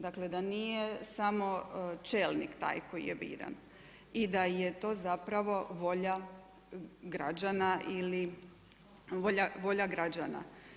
Dakle, da nije samo čelnik taj koji je biran i da je to zapravo volja građana ili volja građana.